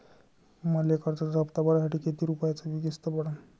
मले कर्जाचा हप्ता भरासाठी किती रूपयाची किस्त पडन?